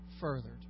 furthered